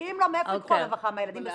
כי אם לא מאיפה ייקחו הרווחה, מילדים בסיכון?